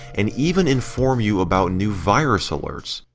and even inform you about new virus alerts.